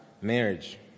marriage